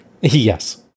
Yes